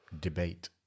debate